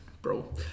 bro